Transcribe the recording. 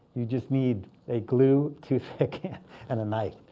you just need a glue, toothpick, and a knife.